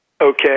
okay